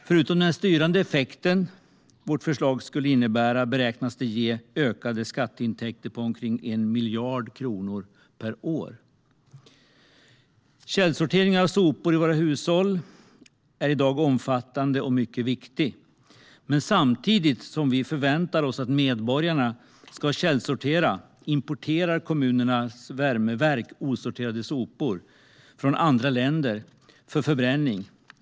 Förutom den styrande effekt som vårt förslag skulle innebära beräknas det ge ökade skatteintäkter på omkring 1 miljard kronor per år. Källsorteringen av sopor i våra hushåll är i dag omfattande och mycket viktig. Men samtidigt som vi förväntar oss att medborgarna ska källsortera importerar kommunernas värmeverk osorterade sopor från andra länder för förbränning.